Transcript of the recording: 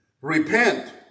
repent